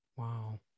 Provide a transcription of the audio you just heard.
Wow